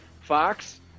Fox